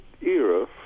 era